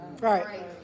Right